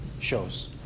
Shows